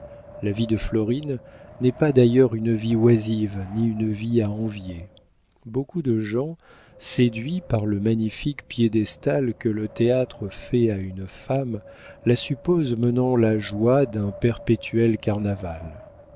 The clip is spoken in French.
la vie de florine n'est pas d'ailleurs une vie oisive ni une vie à envier beaucoup de gens séduits par le magnifique piédestal que le théâtre fait à une femme la supposent menant la joie d'un perpétuel carnaval